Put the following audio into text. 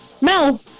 Mel